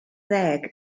ddeg